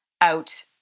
out